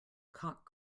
cock